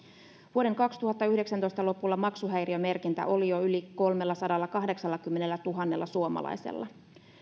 vuoden kaksituhattayhdeksäntoista lopulla maksuhäiriömerkintä oli jo yli kolmellasadallakahdeksallakymmenellätuhannella suomalaisella